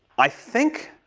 i think,